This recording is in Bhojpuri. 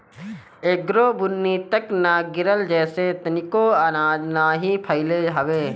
एगो बुन्नी तक ना गिरल जेसे तनिको आनाज नाही भइल हवे